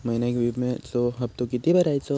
महिन्यात विम्याचो हप्तो किती भरायचो?